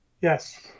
Yes